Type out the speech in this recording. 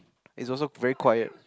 it's also very quiet